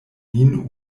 nin